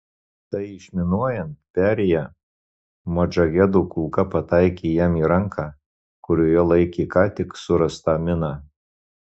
tai išminuojant perėją modžahedų kulka pataikė jam į ranką kurioje laikė ką tik surastą miną